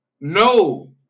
No